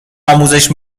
آموزش